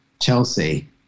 Chelsea